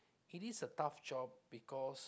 it is a tough job because